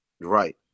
Right